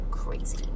Crazy